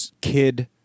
kid